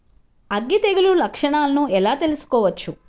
అగ్గి తెగులు లక్షణాలను ఎలా తెలుసుకోవచ్చు?